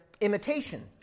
imitation